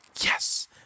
Yes